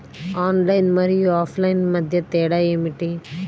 Online మరియు offline మధ్య తేడా ఏమిటీ?